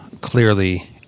clearly